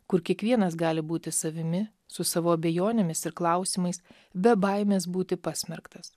kur kiekvienas gali būti savimi su savo abejonėmis ir klausimais be baimės būti pasmerktas